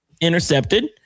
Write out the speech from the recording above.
intercepted